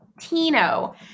Tino